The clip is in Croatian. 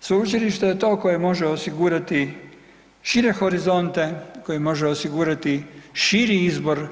Sveučilište je to koje može osigurati šire horizonte, koji može osigurati širi izbor